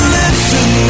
listen